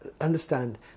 understand